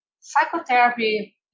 Psychotherapy